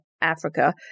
Africa